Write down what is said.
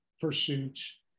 pursuits